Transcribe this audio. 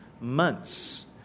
months